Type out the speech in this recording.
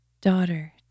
Daughter